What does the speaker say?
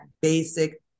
basic